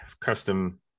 custom